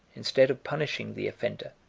instead of punishing the offender,